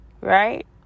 right